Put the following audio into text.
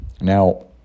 Now